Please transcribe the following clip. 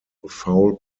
foul